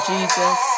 Jesus